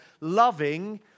loving